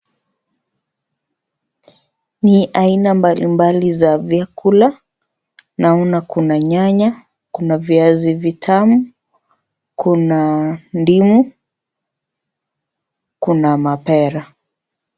Ni aina mbalimbali za vyakula naona kuna nyanya, kuna viazi vitamu kuna ndimi kuna mapera.